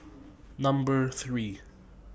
Number three